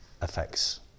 affects